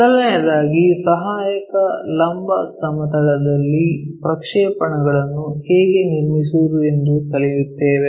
ಮೊದಲನೆಯದಾಗಿ ಸಹಾಯಕ ಲಂಬ ಸಮತಲದಲ್ಲಿ ಪ್ರಕ್ಷೇಪಣಗಳನ್ನು ಹೇಗೆ ನಿರ್ಮಿಸುವುದು ಎಂದು ಕಲಿಯುತ್ತೇವೆ